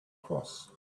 cross